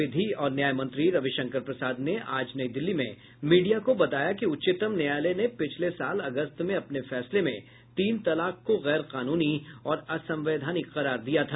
विधि और न्याय मंत्री रविशंकर प्रसाद ने आज नई दिल्ली में मीडिया को बताया कि उच्चतम न्यायालय ने पिछले साल अगस्त में अपने फैसले में तीन तलाक को गैर कानूनी और असंवैधानिक करार दिया था